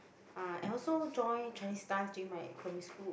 uh I also join Chinese dance during my primary school